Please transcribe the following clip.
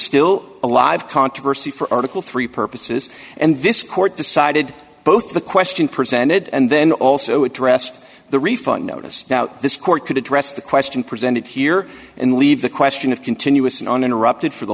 still alive controversy for article three purposes and this court decided both the question presented and then also addressed the refund notice this court could address the question presented here and leave the question of continuous and uninterrupted for the